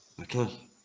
Okay